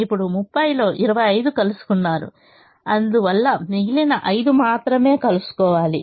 ఇప్పుడు 30 లో 25 కలుసుకున్నారు అందువల్ల మిగిలిన 5 మాత్రమే కలుసుకోవాలి